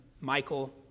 Michael